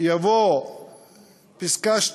תבוא פסקה (2)